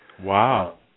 Wow